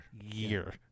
year